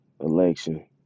election